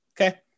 okay